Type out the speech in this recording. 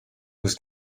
was